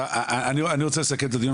אני רוצה לסכם את הדיון.